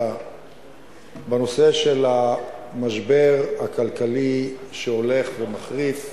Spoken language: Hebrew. בנושא של המשבר הכלכלי שהולך ומחריף,